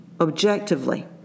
objectively